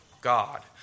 God